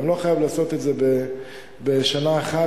גם לא חייבים לעשות את זה בשנה אחת,